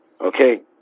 okay